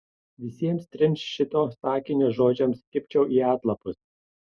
visiems trims šito sakinio žodžiams kibčiau į atlapus